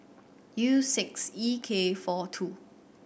U six E K four two